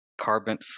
carbon